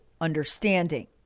understanding